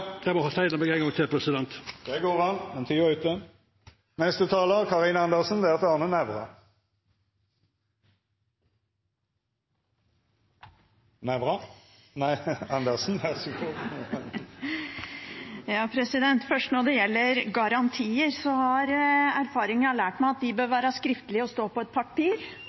ver så god. Nei, unnskyld. Karin Andersen, ver så god! Når det gjelder garantier, har erfaring lært meg at de bør være skriftlige, stå på et papir